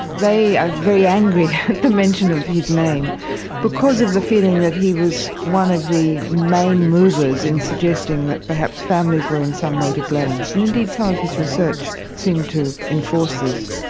they are very angry at the mention of his name because of the feeling that he was one of the main movers in suggesting that perhaps families were in some way to blame, and indeed some of his research seemed to enforce this.